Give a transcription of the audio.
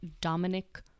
Dominic